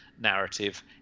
narrative